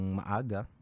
maaga